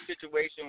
situation